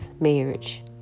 marriage